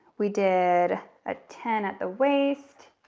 we did a ten at the waist,